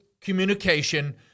communication